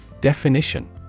Definition